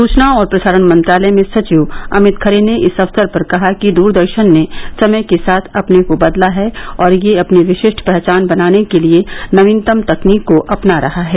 सूचना और प्रसारण मंत्रालय में सचिव अमित खरे ने इस अक्सर पर कहा कि दूरदर्शन ने समय के साथ अपने को बदला है और यह अपनी विशिष्ट पहचान बनाने के लिए नवीनतम तकनीक को अपना रहा है